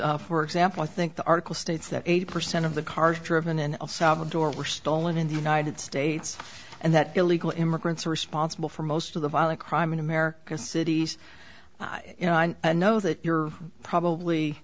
claims for example i think the article states that eighty percent of the cars driven in salvador were stolen in the united states and that illegal immigrants are responsible for most of the violent crime in america's cities you know i know that you're probably